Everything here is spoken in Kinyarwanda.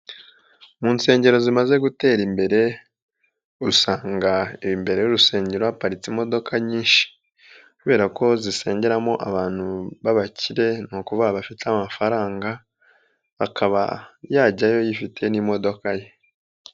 Mu nsengero zimaze gutera imbere usanga imbere y'urusengero haparitse imodoka nyinshi kubera ko zisengeramo abantu b'abakire ni ukuvuga bafite amafaranga akaba yajyayo yifitiye n'imodoka ye.